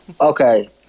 Okay